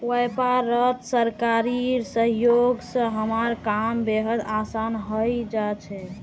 व्यापारत सरकारी सहयोग स हमारा काम बेहद आसान हइ जा छेक